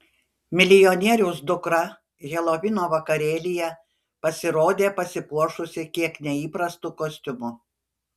milijonieriaus dukra helovino vakarėlyje pasirodė pasipuošusi kiek neįprastu kostiumu